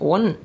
One